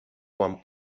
quan